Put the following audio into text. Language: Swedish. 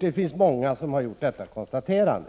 Det är många som har gjort detta konstaterande.